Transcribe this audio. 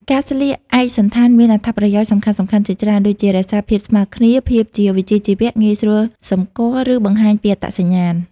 ការស្លៀកឯកសណ្ឋានមានអត្ថប្រយោជន៍សំខាន់ៗជាច្រើន ដូចជា រក្សាភាពស្មើគ្នា ភាពជាវិជ្ជាជីវៈ ងាយស្រួលសម្គាល់ និងបង្ហាញពីអត្តសញ្ញាណ។